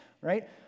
right